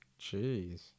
Jeez